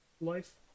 life